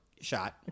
shot